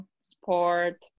sport